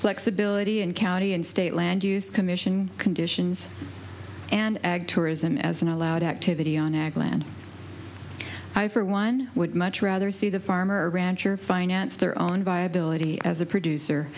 flexibility and county and state land use commission conditions and ag tourism as an all out activity on ag land i for one would much rather see the farmer rancher finance their own viability as a producer